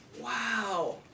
Wow